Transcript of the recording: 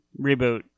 Reboot